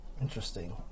Interesting